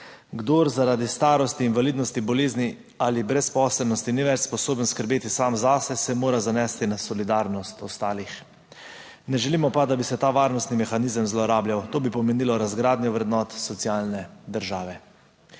Kdor zaradi starosti, invalidnosti, bolezni ali brezposelnosti ni več sposoben skrbeti sam zase, se mora zanesti na solidarnost ostalih. Ne želimo pa, da bi se ta varnostni mehanizem zlorabljal. To bi pomenilo razgradnjo vrednot socialne države.